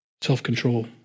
self-control